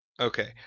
okay